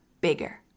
bigger